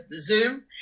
Zoom